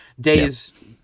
Days